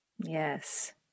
Yes